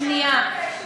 שנייה.